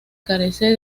carece